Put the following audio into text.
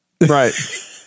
Right